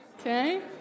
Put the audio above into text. Okay